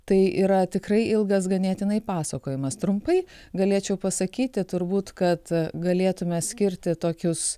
tai yra tikrai ilgas ganėtinai pasakojimas trumpai galėčiau pasakyti turbūt kad galėtume skirti tokius